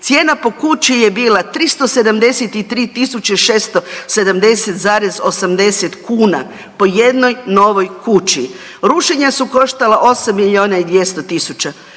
Cijena po kući je bila 373 670,80 kuna po jednoj novoj kući. Rušenja su koštala 8 milijuna